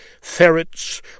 ferrets